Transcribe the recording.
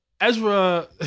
Ezra